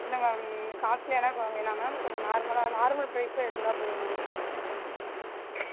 இல்லை மேம் காஸ்ட்லியெல்லாம் வேணாம் மேம் நார்மலாக நார்மல் பிரைஸில் இருந்தால் போதும் மேம்